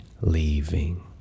leaving